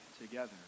together